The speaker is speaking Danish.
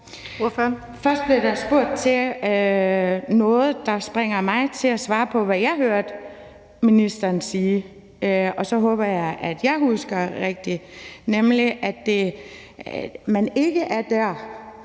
Først blev der spurgt til noget, der får mig til at svare på, hvad jeg hørte ministeren sige, og så håber jeg, at jeg husker rigtigt, og det var, at man ikke er der,